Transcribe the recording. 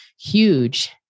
huge